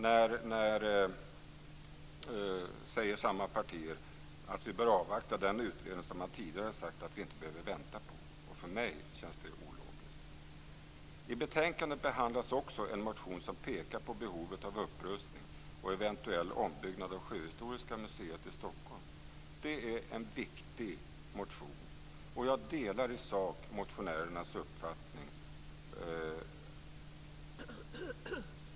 Nu säger samma partier att vi bör avvakta den utredning som man tidigare har sagt att vi inte behöver vänta på. För mig känns det ologiskt. I betänkandet behandlas också en motion som pekar på behovet av upprustning och eventuell ombyggnad av Sjöhistoriska museet i Stockholm. Det är en viktig motion, och jag delar i sak motionärernas uppfattning.